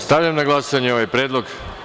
Stavljam na glasanje ovaj predlog.